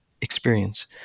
experience